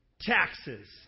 Taxes